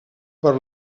per